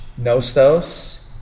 Nostos